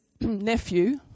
nephew